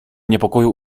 niepokoju